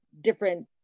different